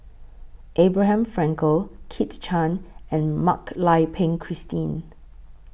Abraham Frankel Kit Chan and Mak Lai Peng Christine